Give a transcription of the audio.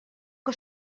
que